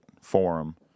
forum